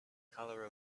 color